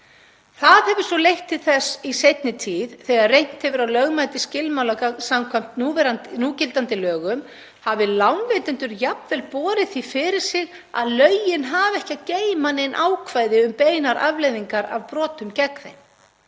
Það hefur svo leitt til þess í seinni tíð þegar reynt hefur á lögmæti skilmála samkvæmt núgildandi lögum að lánveitendur hafa jafnvel borið það fyrir sig að lögin hafi ekki að geyma nein ákvæði um beinar afleiðingar af brotum gegn þeim